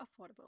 affordable